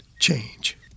change